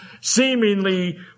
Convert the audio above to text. seemingly